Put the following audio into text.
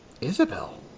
Isabel